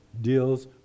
deals